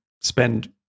spend